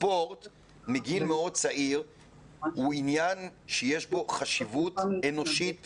ספורט מגיל מאוד צעיר הוא דבר שיש בו חשיבות אנושית בסיסית,